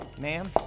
ma'am